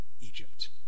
Egypt